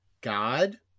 god